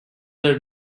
are